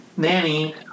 Nanny